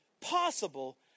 possible